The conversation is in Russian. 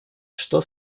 что